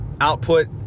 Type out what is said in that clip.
output